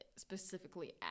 specifically